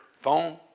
phone